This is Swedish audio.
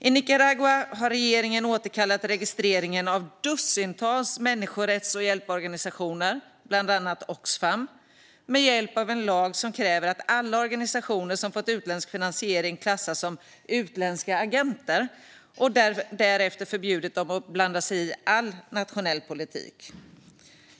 I Nicaragua har regeringen återkallat registreringen av dussintals människorätts och hjälporganisationer, bland annat Oxfam, med hjälp av en lag som kräver att alla organisationer som fått utländsk finansiering klassas som utländska agenter och därefter förbjudit dem att blanda sig i nationell politik.